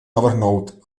navrhnout